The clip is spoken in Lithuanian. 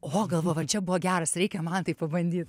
o galvoju va čia buvo geras reikia man taip pabandyt